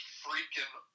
freaking